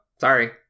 sorry